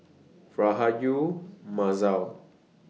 Rahayu Mahzam